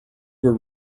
were